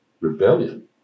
rebellion